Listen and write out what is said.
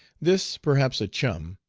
this, perhaps a chum,